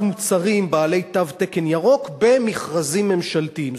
מוצרים בעלי תו תקן ירוק במכרזים ממשלתיים.